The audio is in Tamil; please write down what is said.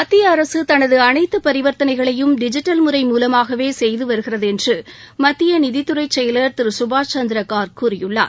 மத்திய அரசு தனது அனைத்து பரிவாத்தனைகளையும் டிஜிட்டல் முறை மூலமாகவே செய்து வருகிறது என்று மத்திய நிதித்துறை செயலர் திரு சுபாஷ் சந்திர னா்க் கூறியுள்ளார்